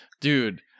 Dude